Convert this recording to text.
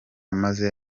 maze